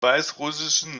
weißrussischen